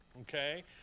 Okay